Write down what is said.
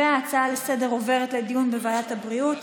ההצעה לסדר-היום עוברת לדיון בוועדת הבריאות.